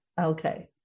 Okay